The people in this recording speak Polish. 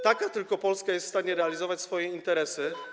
Tylko taka Polska jest w stanie realizować swoje interesy.